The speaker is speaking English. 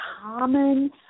common